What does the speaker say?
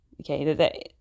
okay